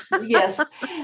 Yes